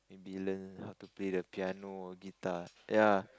maybe learn how to play the piano or guitar ya